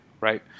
right